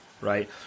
right